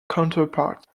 counterpart